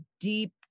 deep